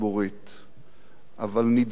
אבל נדבך אדיר מחייו